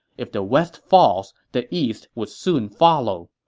if the west falls, the east would soon follow.